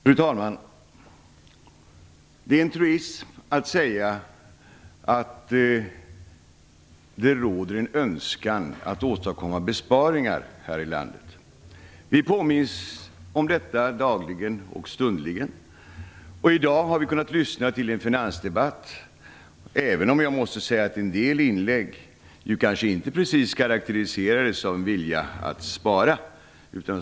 Fru talman! Det är en truism att säga att det råder en önskan att åstadkomma besparingar i det här landet. Vi påminns om detta dagligen och stundligen. I dag har vi kunnat lyssna till finansdebatten. Men en del inlägg karakteriserades kanske inte precis av en vilja att spara.